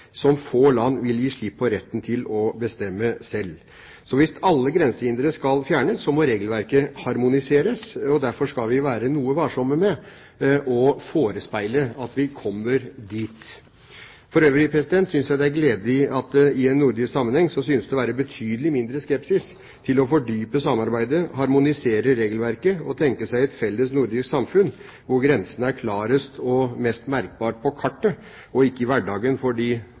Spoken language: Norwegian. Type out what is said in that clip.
få land vil gi slipp på retten til å bestemme selv. Så hvis alle grensehindre skal fjernes, må regelverket harmoniseres, og derfor skal vi være litt varsomme med å forespeile at vi kommer dit. For øvrig syns jeg det er gledelig at det, i nordisk sammenheng, synes å være betydelig mindre skepsis til å fordype samarbeidet, harmonisere regelverket og å tenke seg et felles nordisk samfunn, hvor grensene er klarest og mest merkbare på kartet og ikke i hverdagen for de